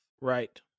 Right